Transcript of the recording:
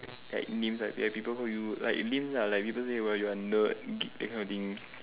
like names like there are people who like names lah like people say like you are a nerd geek that kind of thing